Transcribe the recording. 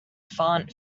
font